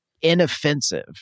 inoffensive